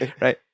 right